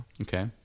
Okay